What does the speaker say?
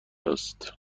است